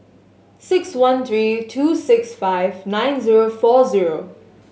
six one three two six five nine zero four zero